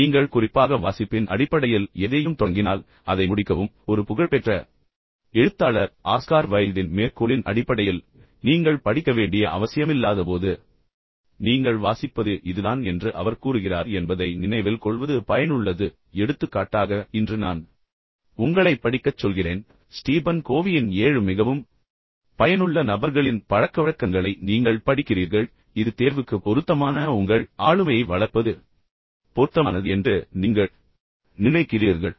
எனவே நீங்கள் குறிப்பாக வாசிப்பின் அடிப்படையில் எதையும் தொடங்கினால் அதை முடிக்கவும் ஒரு புகழ்பெற்ற எழுத்தாளர் ஆஸ்கார் வைல்டின் மேற்கோளின் அடிப்படையில் இறுதிப் புள்ளி என்னவென்றால் நீங்கள் படிக்க வேண்டிய அவசியமில்லாதபோது நீங்கள் வாசிப்பது இதுதான் என்று அவர் கூறுகிறார் என்பதை நினைவில் கொள்வது பயனுள்ளது எடுத்துக்காட்டாக இன்று நான் உங்களைப் படிக்கச் சொல்கிறேன் ஸ்டீபன் கோவியின் ஏழு மிகவும் பயனுள்ள நபர்களின் பழக்கவழக்கங்களை நீங்கள் படிக்கிறீர்கள் இது தேர்வுக்கு பொருத்தமான உங்கள் ஆளுமையை வளர்ப்பது பொருத்தமானது என்று நீங்கள் நினைக்கிறீர்கள்